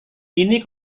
ini